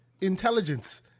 intelligence